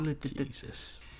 Jesus